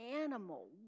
animal